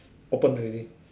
open already